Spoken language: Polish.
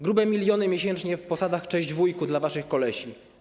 Grube miliony miesięcznie na posady „cześć, wujku” dla waszych kolesi.